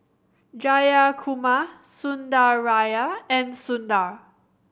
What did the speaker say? Jayakumar Sundaraiah and Sundar